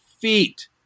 feet